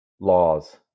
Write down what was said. laws